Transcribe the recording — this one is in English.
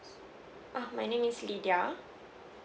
uh my name is lidiyah